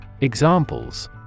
Examples